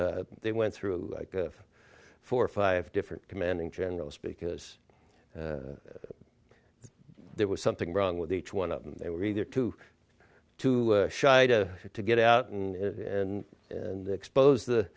they went through like four or five different commanding generals because there was something wrong with each one of them they were either too too shy to get out in and expose the